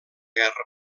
guerra